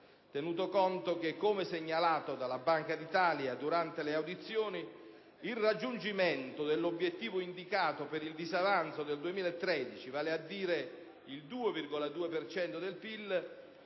tenuto conto che, come segnalato dalla Banca d'Italia durante le audizioni, il raggiungimento dell'obiettivo indicato per il disavanzo del 2013, vale a dire il 2,2 per cento